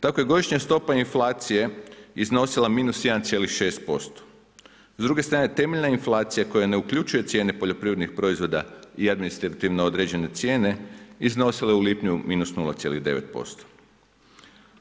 Tako je godišnja stopa inflacije iznosila -1,6% s druge strane temeljna inflacija koja ne uključuje cijene poljoprivrednog proizvoda i administrativno određene cijene, iznosila je u lipnju -0,9%